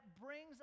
brings